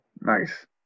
nice